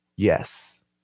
Yes